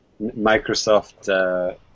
Microsoft